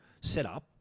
setup